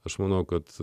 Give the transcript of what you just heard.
aš manau kad